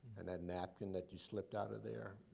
and that napkin that you slipped out of there.